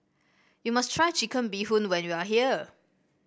you must try Chicken Bee Hoon when you are here